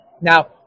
Now